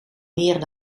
meer